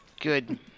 Good